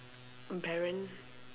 Baron